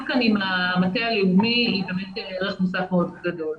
כאן עם המטה הלאומי היא באמת מהווה ערך מוסף מאוד גדול.